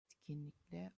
etkinlikte